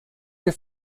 your